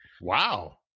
Wow